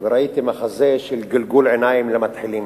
וראיתי מחזה של גלגול עיניים למתחילים.